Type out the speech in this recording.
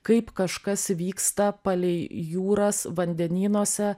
kaip kažkas vyksta palei jūras vandenynuose